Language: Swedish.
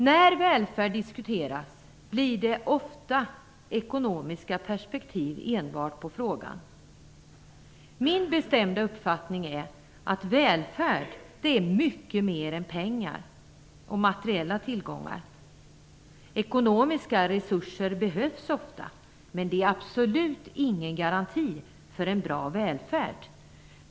När välfärd diskuteras blir det ofta med enbart ekonomiska perspektiv på frågan. Min bestämda uppfattning är att välfärd är mycket mer än pengar och materiella tillgångar. Ekonomiska resurser behövs ofta, men det är absolut ingen garanti för en bra välfärd.